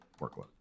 workload